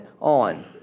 on